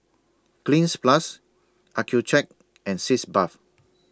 Cleanz Plus Accucheck and Sitz Bath